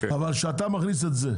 אבל כשאתה מכניס את זה,